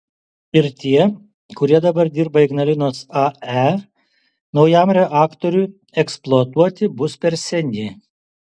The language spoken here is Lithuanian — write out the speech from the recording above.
ir tie kurie dabar dirba ignalinos ae naujam reaktoriui eksploatuoti bus per seni